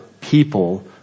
people